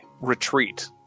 retreat